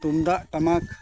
ᱛᱩᱢᱫᱟᱜ ᱴᱟᱢᱟᱠ